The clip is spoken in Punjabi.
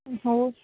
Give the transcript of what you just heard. ਹੋਰ